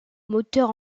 moteur